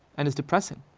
and it's depressing.